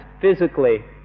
physically